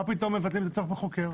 מה פתאום מבטלים את הצורך בחוקר